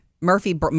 Murphy